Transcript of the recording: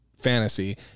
fantasy